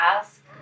ask